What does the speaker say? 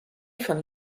von